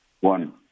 One